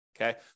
Okay